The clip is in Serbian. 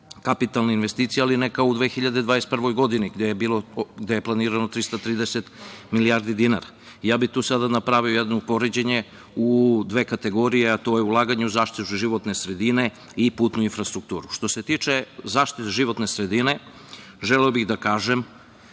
kapitalne investicije, ali ne kao u 2021. godini, gde je planirano 330 milijardi dinara. Ja bih tu sada napravio jedno poređenje u dve kategorije, a to je ulaganje u zaštitu životne sredine i putnu infrastrukturu. Što se tiče zaštite životne sredine, želeo bih da kažem